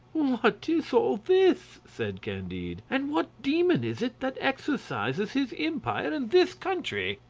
what is all this? said candide and what demon is it that exercises his empire in this country?